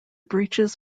breeches